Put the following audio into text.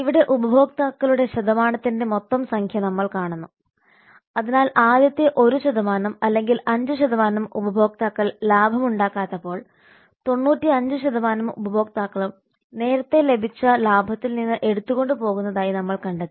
ഇവിടെ ഉപഭോക്താക്കളുടെ ശതമാനത്തിന്റെ മൊത്തം സംഖ്യ നമ്മൾ കാണുന്നു അതിനാൽ ആദ്യത്തെ 1 അല്ലെങ്കിൽ 5 ഉപഭോക്താക്കൾ ലാഭമുണ്ടാക്കാത്തപ്പോൾ 95 ഉപഭോക്താക്കളും നേരത്തെ ലഭിച്ച ലാഭത്തിൽ നിന്ന് എടുത്തു കൊണ്ടുപോകുന്നതായി നമ്മൾ കണ്ടെത്തി